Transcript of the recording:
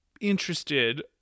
interested